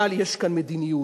אבל יש כאן מדיניות,